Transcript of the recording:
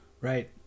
right